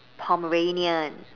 Pomeranian